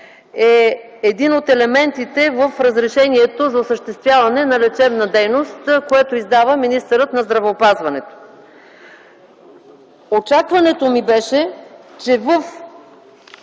е един от елементите в разрешението за осъществяване на лечебна дейност, което издава министърът на здравеопазването. Очакването ми беше, че в